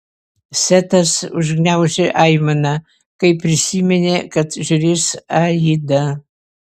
setas užgniaužė aimaną kai prisiminė kad žiūrės aidą